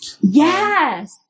Yes